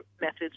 methods